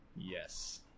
Yes